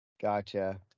Gotcha